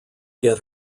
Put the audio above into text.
get